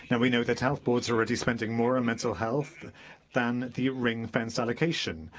and we know that health boards are already spending more on mental health than the ring-fenced allocation.